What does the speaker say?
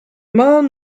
man